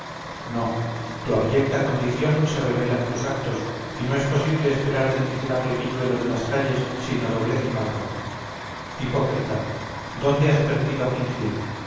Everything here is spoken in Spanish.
no tu abyecta condición se revela en tus actos y no es posible esperar del miserable pilluelo de las calles sino doblez y maldad hipócrita dónde has aprendido a fingir